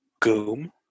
Goom